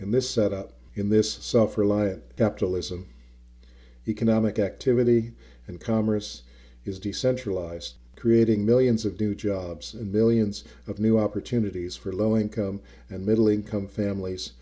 and this set up in this suffer lie it up to listen economic activity and commerce is decentralized creating millions of new jobs and millions of new opportunities for low income and middle income families